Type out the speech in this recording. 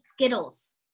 Skittles